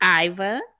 Iva